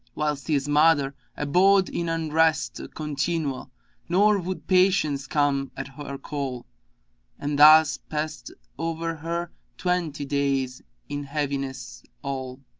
whilst his mother abode in unrest continual nor would patience come at her call and thus passed over her twenty days in heaviness all.